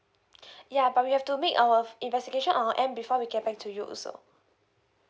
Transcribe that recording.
ya but we have to make our investigation our end before we get back to you also